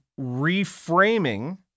reframing